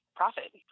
profit